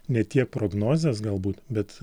ne tie prognozės galbūt bet